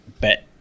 bet